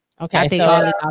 Okay